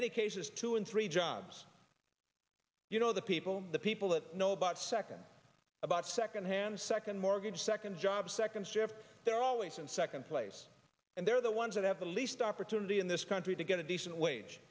many cases two and three jobs you know the people the people that know about second about second hand second mortgage second job second shift they're always in second place and they're the ones that have the least opportunity in this country to get a decent wage